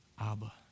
Abba